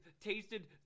tasted